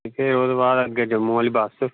फिर उदे बाद अग्गै जम्मू आह्ली बस्स